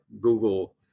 Google